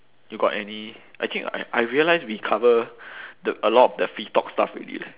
you got any actually I I realise we cover the a lot of the free talk stuff already leh